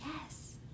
Yes